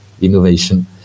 innovation